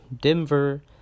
Denver